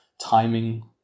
timing